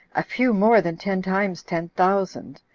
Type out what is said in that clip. a few more than ten times ten thousand.